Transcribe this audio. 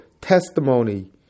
testimony